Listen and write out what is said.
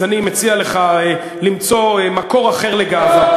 אז אני מציע לך למצוא מקור אחר לגאווה.